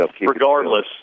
Regardless